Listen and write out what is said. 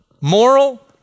Moral